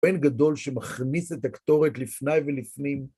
בן גדול שמכניס את הקטורת לפניי ולפנים.